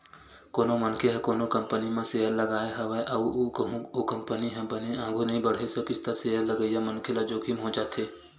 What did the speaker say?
कोनो मनखे ह कोनो कंपनी म सेयर लगाय हवय अउ कहूँ ओ कंपनी ह बने आघु नइ बड़हे सकिस त सेयर लगइया मनखे ल जोखिम हो जाथे